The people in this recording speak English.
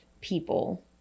people